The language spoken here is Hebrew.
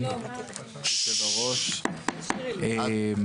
שבעת חירום יאפשרו לאותם אנשים להינצל מלהיקבר תחת ההריסות.